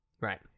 Right